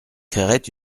créerait